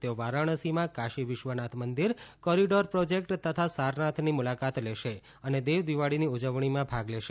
તેઓ વારાણસીમાં કાશી વિશ્વનાથ મંદિર કોરિડોર પ્રોજેક્ટ તથા સારનાથની મુલાકાત લેશે અને દેવદિવાળીની ઉજવણીમાં ભાગ લેશે